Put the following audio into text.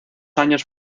años